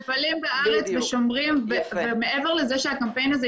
מבלים בארץ ושומרים ומעבר לזה שהקמפיין הזה,